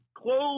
close